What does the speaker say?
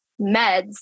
meds